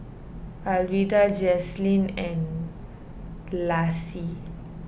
Alwilda Jaylen and Lacie